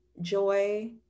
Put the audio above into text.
joy